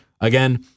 again